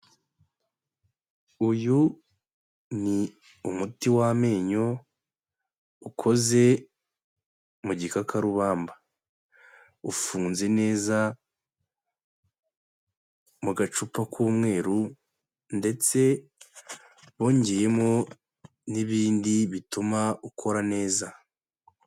Uyu ni umuti w'amenyo ukoze mu gikakarubamba. Ufunze neza mu gacupa k'umweru ndetse bongeyemo n'ibindi bituma ukora neza.